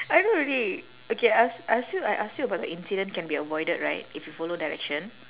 I do already okay I ask ask you I ask you about the incident can be avoided right if you follow direction